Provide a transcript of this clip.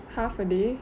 half a day